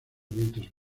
mientras